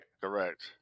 Correct